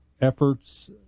efforts